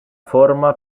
forma